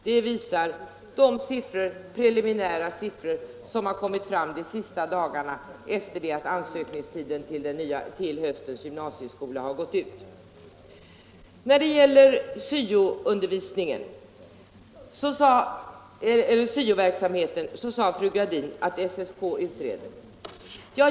Det visar de preliminära siffror som har kommit fram de senaste dagarna, efter det att ansökningstiden till höstens gymnasieskola gått ut. När det gäller syo-verksamheten sade fru Gradin att SSK utreder.